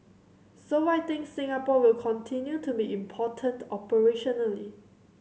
so I think Singapore will continue to be important operationally